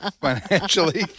financially